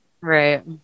Right